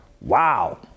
Wow